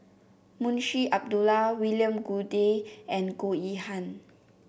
Munshi Abdullah William Goode and Goh Yihan